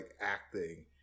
acting